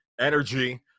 energy